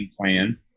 plan